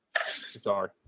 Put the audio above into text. Sorry